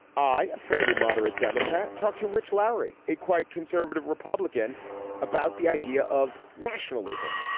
i a fairly moderate democrat talk to rich lowry a quite conservative republican about the idea of nationalism.